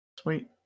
Sweet